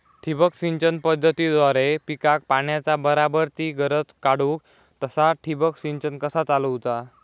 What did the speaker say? ठिबक सिंचन पद्धतीद्वारे पिकाक पाण्याचा बराबर ती गरज काडूक तसा ठिबक संच कसा चालवुचा?